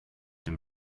dem